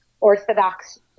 Orthodox